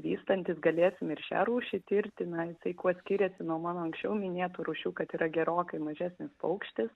vystantis galėsime ir šią rūšį tirti na tai kuo skiriasi nuo mano anksčiau minėtų rūšių kad yra gerokai mažesnis paukštis